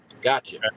Gotcha